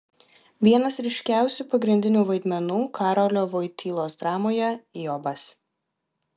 vienas ryškiausių pagrindinių vaidmenų karolio voitylos dramoje jobas